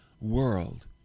world